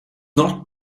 not